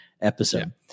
episode